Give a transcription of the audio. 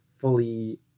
fully